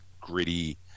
gritty –